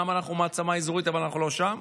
אומנם אנחנו מעצמה אזורית, אבל אנחנו לא שם.